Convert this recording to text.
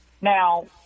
Now